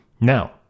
Now